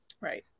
Right